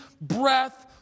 breath